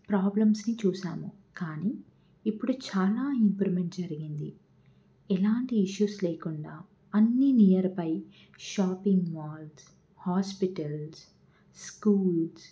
ప్రాబ్లమ్స్ని చూసాము కానీ ఇప్పుడు చాలా ఇంప్రూవ్మెంట్ జరిగింది ఎలాంటి ఇష్యూస్ లేకుండా అన్నీ nearby shopping malls hospitals schools